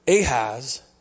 Ahaz